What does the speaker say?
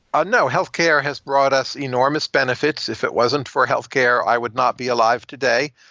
ah no. healthcare has brought us enormous benefits. if it wasn't for healthcare, i would not be alive today.